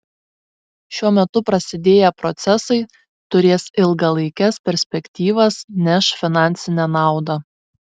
šiuo metu prasidėję procesai turės ilgalaikes perspektyvas neš finansinę naudą